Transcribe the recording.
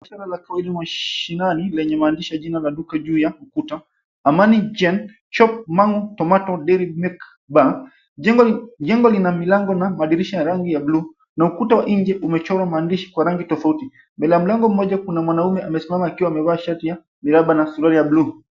Biashara ya kawaida mashinani yenye maandishi ya jina la duka juu ya ukuta: Amani Gen Shop, mango, tomato, dairy, milk bar . Jengo lina milango na madirisha ya rangi ya blue , na ukuta wa nje umechorwa maandishi kwa rangi tofauti. Mbele ya mlango mmoja kuna mwanaume amesimama akiwa amevaa shati ya miraba na suruali ya blue .